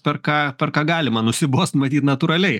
per ką per ką galima nusibost matyt natūraliai